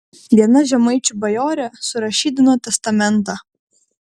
viena žemaičių bajorė surašydino testamentą